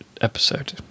episode